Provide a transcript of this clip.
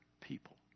people